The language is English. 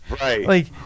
Right